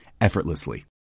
effortlessly